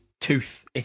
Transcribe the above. tooth